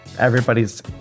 everybody's